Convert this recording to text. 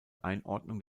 einordnung